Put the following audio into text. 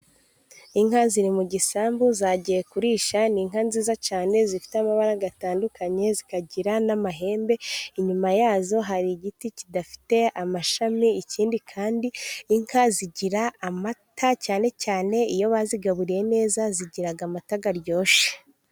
Inka ziri mu gisambu zagiye kurisha, ni inka nziza cyane zifite amabara atandukanye zikagira n'amahembe. Inyuma yazo hari igiti kidafite amashami ikindi kandi inka zigira amata cyane cyane iyo bazigaburiye neza zigira amata aryoshye.